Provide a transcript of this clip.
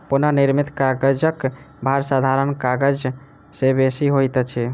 पुनःनिर्मित कागजक भार साधारण कागज से बेसी होइत अछि